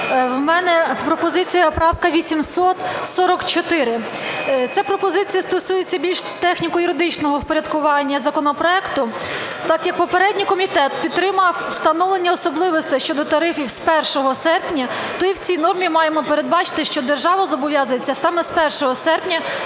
в мене пропозиція, правка 844. Це пропозиція стосується більш техніко-юридичного впорядкування законопроекту, так як попередній комітет підтримав встановлення особливостей щодо тарифів з 1 серпня, то в цій нормі маємо передбачити, що держава зобов'язується саме з 1 серпня